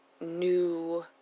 new